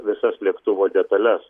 visas lėktuvo detales